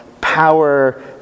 power